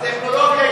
הטכנולוגיה